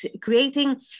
creating